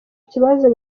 kibazo